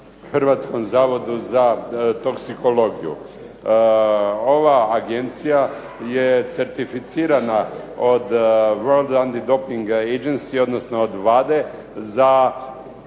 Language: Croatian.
Hrvatskom zavodu za toksikologiju? Ova Agencija je certificirana od World antidoping agency, odnosno od WADA-e za